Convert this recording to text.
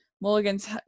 Mulligan's